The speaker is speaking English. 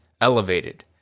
elevated